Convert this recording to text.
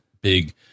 big